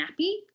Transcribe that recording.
nappy